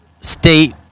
state